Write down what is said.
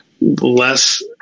less